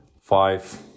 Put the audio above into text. five